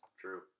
True